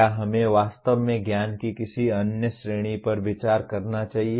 क्या हमें वास्तव में ज्ञान की किसी अन्य श्रेणी पर विचार करना चाहिए